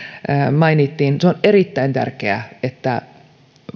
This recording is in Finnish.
mainittiin se on erittäin tärkeää että